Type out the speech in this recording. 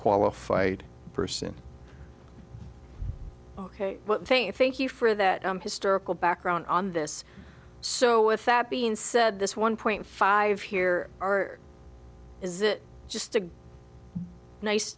qualified person ok thank you thank you for that historical background on this so with that being said this one point five here are is it just a nice